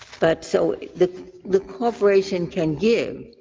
but so the the corporation can give,